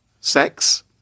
sex